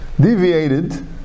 deviated